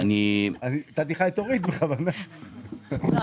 אבל את החד פעמי קיבלנו כי ידענו לחלק.